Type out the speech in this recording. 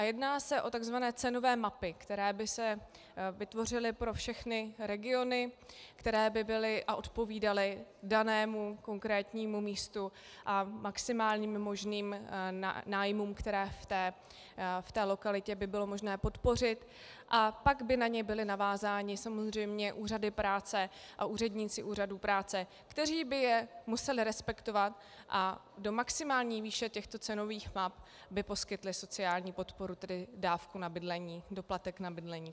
Jedná se o tzv. cenové mapy, které by se vytvořily pro všechny regiony, které by odpovídaly danému konkrétnímu místu a maximálním možným nájmům, které v té lokalitě by bylo možné podpořit, a pak by na ně byly navázány samozřejmě úřady práce a úředníci úřadu práce, kteří by je museli respektovat a do maximální výše těchto cenových map by poskytli sociální podporu, tedy dávku na bydlení, konkrétně doplatek na bydlení.